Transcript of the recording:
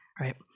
right